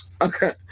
Okay